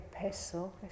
peso